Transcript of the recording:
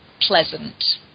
pleasant